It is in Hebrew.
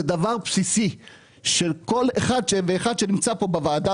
זה דבר בסיסי לכל אחד ואחד שנמצא בוועדה